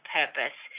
purpose